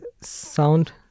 sound